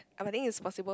but I think it's possible